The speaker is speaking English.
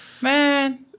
Man